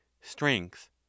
strength